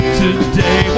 today